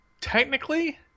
technically